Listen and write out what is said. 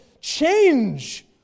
change